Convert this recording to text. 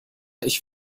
ich